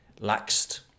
laxed